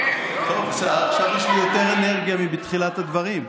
טוב, עכשיו יש לי יותר אנרגיה מאשר בתחילת הדברים,